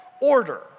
order